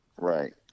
Right